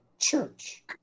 Church